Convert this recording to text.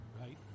right